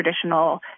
traditional